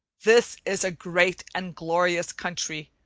this is a great and glorious country,